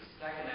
second